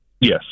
Yes